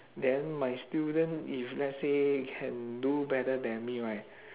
then my student if let's say can do better than me right